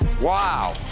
Wow